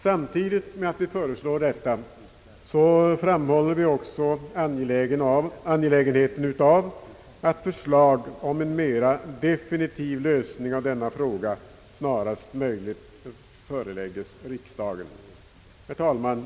Samtidigt med att vi föreslår detta framhåller vi också angelägenheten av att förslag om en mera definitiv lösning av denna fråga så snart som möjligt föreläggs riksdagen. Herr talman!